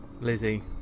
Lizzie